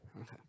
Okay